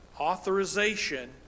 authorization